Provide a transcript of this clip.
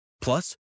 Plus